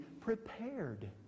prepared